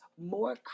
more